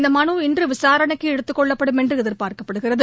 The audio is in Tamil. இந்த மனு இன்று விசாரணைக்கு எடுத்துக் கொள்ளப்படும் என்று எதிபார்க்கப்படுகிறது